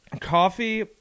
coffee